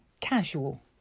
casual